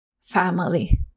Family